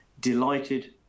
delighted